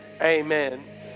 Amen